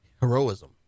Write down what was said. heroism